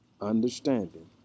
Understanding